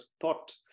thought